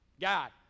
God